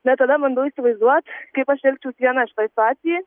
bet tada bandau įsivaizduot kaip aš elgčiaus viena šitoj situacijoj